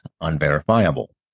unverifiable